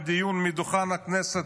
בדיון מדוכן הכנסת,